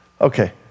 Okay